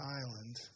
island